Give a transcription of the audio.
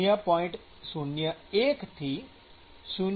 0૧ થી 0